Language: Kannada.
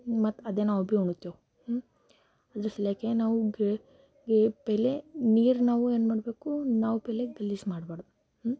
ಮತ್ತು ಅದು ನಾವು ಭೀ ಉಣ್ತೇವೆ ಅದ್ರಸಲೆಕೆ ನಾವು ಪೈಲೆ ನೀರಿನವು ಏನು ಮಾಡಬೇಕು ನಾವು ಪೈಲೆ ಗಲೀಜು ಮಾಡ್ಬಾರ್ದು